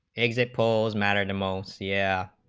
exit polls matter the mall so yeah